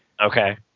Okay